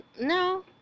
No